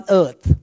earth